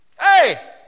Hey